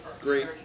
great